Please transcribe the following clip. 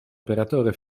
operatore